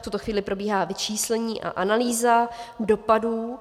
V tuto chvíli probíhá vyčíslení a analýza dopadů.